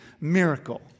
Miracle